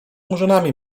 murzynami